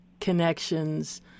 connections